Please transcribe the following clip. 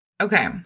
Okay